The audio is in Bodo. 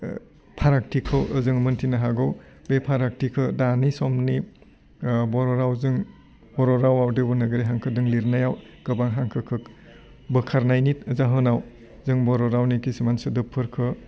फारागथिखौ जों मोन्थिनो हागौ बे फारागथिखौ दानि समनि ओह बर' रावजों बर' रावाव देब'नाग्रि हांखोजों लिरनायाव गोबां हांखोखौ बोखारनायनि जाहोनाव जों बर' रावनि खिसुमान सोदोबफोरखौ